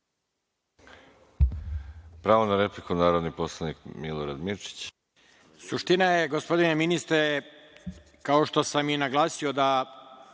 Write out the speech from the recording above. Pravo na repliku, narodni poslanik Milorad Mirčić.